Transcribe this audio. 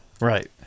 Right